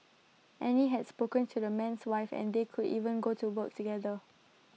Annie has spoken to the man's wife and they could even go to work together